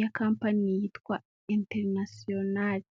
ya kampani yitwa enterinasiyonali.